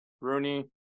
Rooney